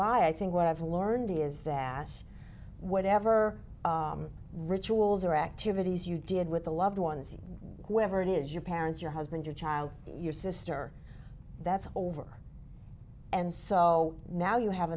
by i think what i've learned is that whatever rituals or activities you did with the loved ones you whatever it is your parents your husband your child your sister that's over and so now you have